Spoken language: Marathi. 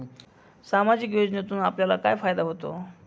सामाजिक योजनेतून आपल्याला काय फायदा होतो?